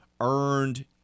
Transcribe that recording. earned